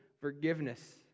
forgiveness